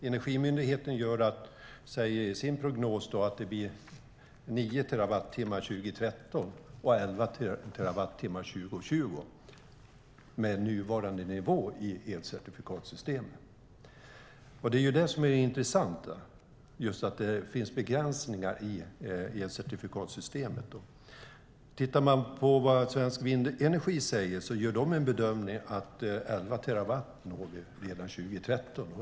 Energimyndigheten säger att det blir 9 terawattimmar 2013 och 11 terawattimmar 2020 med nuvarande nivå i elcertifikatssystemet. Det intressanta är att det finns begränsningar i elcertifikatssystemet. Svensk Vindenergi bedömer att vi når 11 terawattimmar redan 2013.